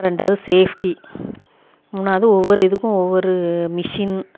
ரெண்டாவது சேஃப்டி மூணாவது ஒவ்வொரு இதுக்கும் ஒவ்வொரு மிஸின்